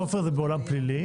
כופר זה בעולם פלילי.